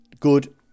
good